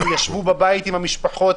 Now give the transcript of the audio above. הם ישבו בבית עם המשפחות,